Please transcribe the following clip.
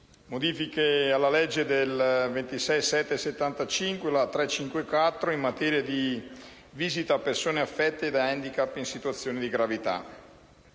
modifiche alla legge n. 354 del 26 luglio 1975 in materia di visita a persone affette da *handicap* in situazioni di gravità.